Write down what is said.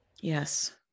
Yes